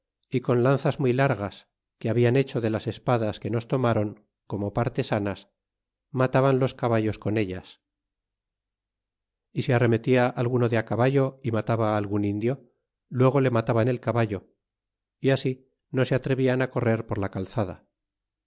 y con lanzas muy largas que habian hecho de las espadas que nos tornaron como partesanas mataban los caballos con ellas y si arremetia alguno de caballo y mataba algun indio luego le reataban el caballo y así no se atrevían correr por la calzada